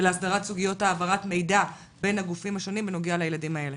ולהסדרת סוגיות העברת מידע בין הגופים השונים בנוגע לילדים האלה